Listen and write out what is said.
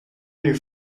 you